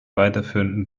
weiterführenden